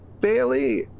Bailey